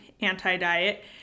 anti-diet